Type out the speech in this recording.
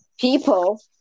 people